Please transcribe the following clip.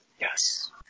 Yes